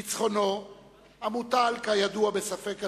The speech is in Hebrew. ניצחונו, המוטל, כידוע, בספק גדול,